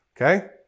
okay